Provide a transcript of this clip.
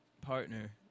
partner